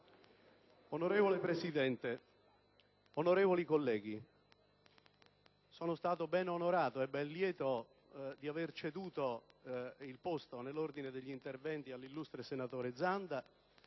Signor Presidente, onorevoli colleghi, sono stato ben onorato e ben lieto di aver ceduto il posto nell'ordine degli interventi all'illustre senatore Zanda